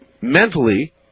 mentally